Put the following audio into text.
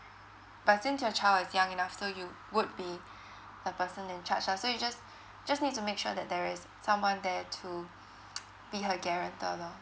but since your child is young enough so you would be the person in charge lah so you just just need to make sure that there is someone there to be her guarantor lah